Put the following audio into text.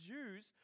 Jews